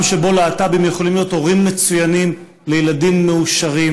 עולם שבו להט"בים יכולים להיות הורים מצוינים לילדים מאושרים